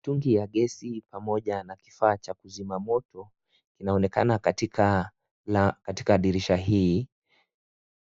Mtungi ya gesi pamoja na kifaa cha kuzima moto inaonekana katika dirisha hii.